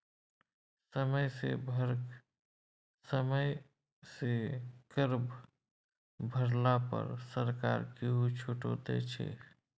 समय सँ कर भरला पर सरकार किछु छूटो दै छै